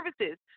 services